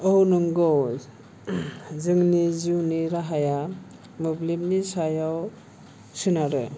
औ नंगौ जोंनि जिउनि राहाया मोब्लिबनि सायाव सोनारो